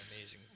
amazing